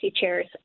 chairs